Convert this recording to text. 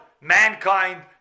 mankind